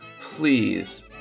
please